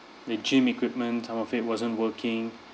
the gym equipment some of it wasn't working